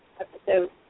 episode